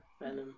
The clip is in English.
Venom